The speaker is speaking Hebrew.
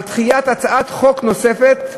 על דחיית הצעת חוק נוספת,